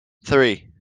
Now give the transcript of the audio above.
three